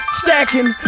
stacking